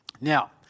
Now